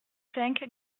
cinq